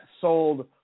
sold